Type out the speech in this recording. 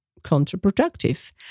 counterproductive